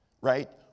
right